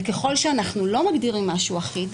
ככל שאנחנו לא מגדירים משהו אחיד,